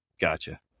Gotcha